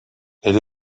elle